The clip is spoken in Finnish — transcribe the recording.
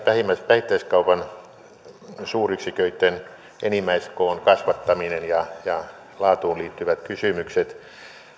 vähittäiskaupan suuryksiköitten enimmäiskoon kasvattaminen ja ja laatuun liittyvät kysymykset